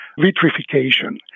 vitrification